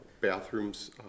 bathrooms